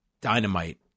dynamite